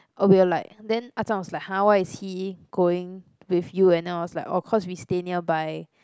oh we were like then Ah-Chong was like !huh! why is he going with you and then I was like oh cause we stay nearby